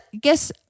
guess